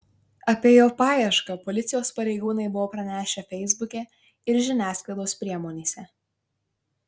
apie jo paiešką policijos pareigūnai buvo pranešę feisbuke ir žiniasklaidos priemonėse